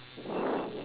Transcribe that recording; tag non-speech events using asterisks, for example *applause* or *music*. *breath*